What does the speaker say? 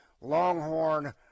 Longhorn